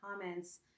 comments